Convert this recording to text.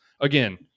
again